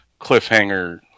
cliffhanger